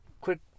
quick